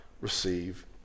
receive